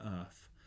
Earth